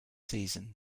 season